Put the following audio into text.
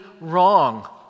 wrong